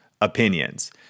opinions